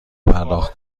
پرداخت